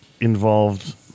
involved